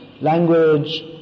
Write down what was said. language